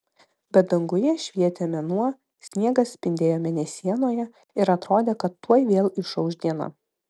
bet danguje švietė mėnuo sniegas spindėjo mėnesienoje ir atrodė kad tuoj vėl išauš diena